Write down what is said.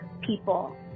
people